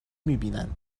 میبینند